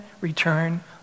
return